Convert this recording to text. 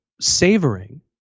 savoring